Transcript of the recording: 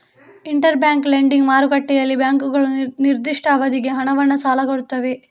inter bank lending ಮಾರುಕಟ್ಟೆಯಲ್ಲಿ ಬ್ಯಾಂಕುಗಳು ನಿರ್ದಿಷ್ಟ ಅವಧಿಗೆ ಹಣವನ್ನ ಸಾಲ ಕೊಡ್ತವೆ